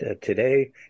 today